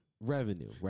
Revenue